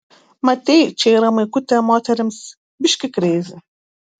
matei čia yra maikutė moterims biški kreizi